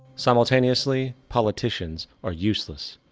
simultaneously, politicians are useless.